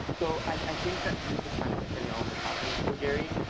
so i think that you just kind of hit the nail in the coffin with me gary.